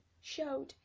showed